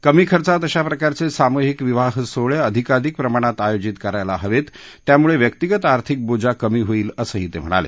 कमी खर्चात अशा प्रकारचे सामूहिक विवाह सोहळे अधिकाधिक प्रमाणात आयोजित करायला हवेत त्यामुळे व्यक्तिगत आर्थिक बोजा कमी होईल असंही ते म्हणाले